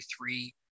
three